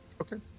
okay